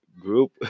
group